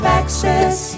access